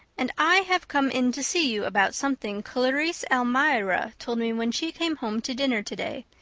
and i have come in to see you about something clarice almira told me when she came home to dinner today.